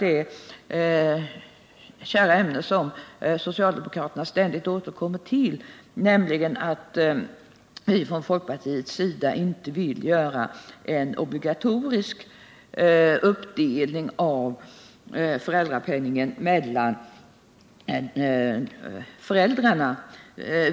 Ett kärt ämne som socialdemokraterna ständigt återkommer till är att folkpartiet inte vill göra en obligatorisk uppdelning av föräldrapenningen mellan föräldrarna.